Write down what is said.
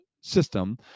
system